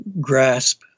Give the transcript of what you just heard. grasp